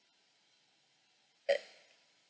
uh